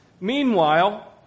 Meanwhile